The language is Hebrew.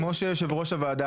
כמו שיושב ראש הוועדה,